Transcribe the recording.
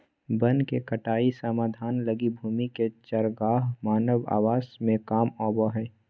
वन के कटाई समाधान लगी भूमि के चरागाह मानव आवास में काम आबो हइ